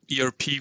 ERP